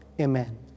amen